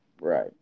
Right